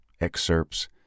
excerpts